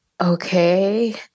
Okay